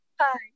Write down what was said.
Hi